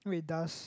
wait does